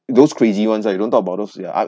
those crazy ones lah you don't talk about those ya I